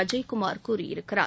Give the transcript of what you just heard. அஜய்குமார் கூறியிருக்கிறார்